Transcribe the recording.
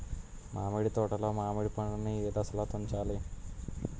మామిడి తోటలో మామిడి పండు నీ ఏదశలో తుంచాలి?